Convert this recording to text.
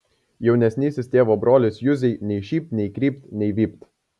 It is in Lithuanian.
jaunesnysis tėvo brolis juzei nei šypt nei krypt nei vypt